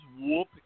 whoop